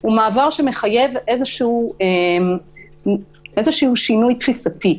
הוא מעבר שמחייב איזשהו שינוי תפיסתי.